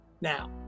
now